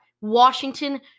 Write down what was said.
Washington